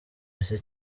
bake